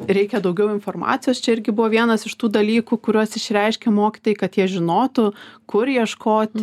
reikia daugiau informacijos čia irgi buvo vienas iš tų dalykų kuriuos išreiškė mokytojai kad jie žinotų kur ieškoti